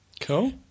Cool